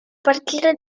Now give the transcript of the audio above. partire